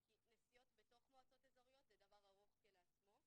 כי נסיעות בתוך מועצות אזוריות זה דבר ארוך כשלעצמו,